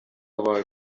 bawe